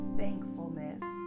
thankfulness